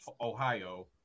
Ohio